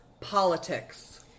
politics